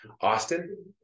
Austin